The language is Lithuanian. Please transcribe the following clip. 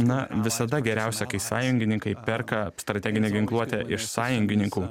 na visada geriausia kai sąjungininkai perka strateginę ginkluotę iš sąjungininkų